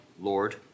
Lord